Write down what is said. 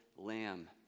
Lamb